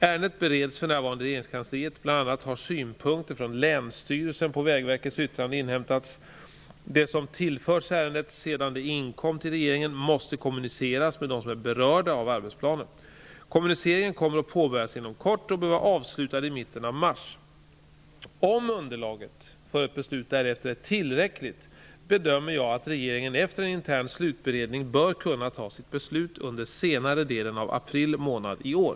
Ärendet bereds för närvarande i regeringskansliet, bl.a. har synpunkter från länsstyrelsen på Vägverkets yttrande inhämtats. Det som tillförts ärendet sedan det inkom till regeringen måste kommuniceras med dem som är berörda av arbetsplanen. Kommuniceringen kommer att påbörjas inom kort och bör vara avslutad i mitten av mars. Om underlaget för ett beslut därefter är tillräckligt bedömer jag att regeringen efter en intern slutberedning bör kunna fatta sitt beslut under senare delen av april månad i år.